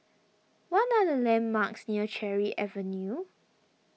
what are the landmarks near Cherry Avenue